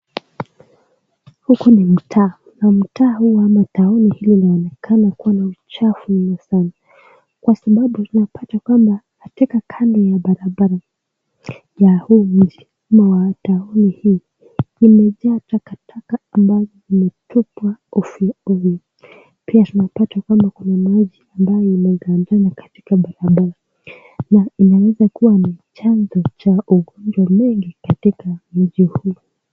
Huku ni mtaa, na mtaa huu ama town hii inaonekana kuwa na uchafu mwingi sana. Kwa sababu tunapata kwamba, hata kando ya barabara ya huu mji ama wa town hii imejaa takataka ambazo zimetupwa ovyo ovyo. Pia tunapata kwamba kuna maji ambayo yamegandana katika barabara, na inaweza kuwa ni chanzo cha magonjwa mengi katika mji huu.